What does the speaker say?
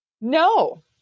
No